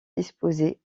disposées